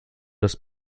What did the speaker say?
das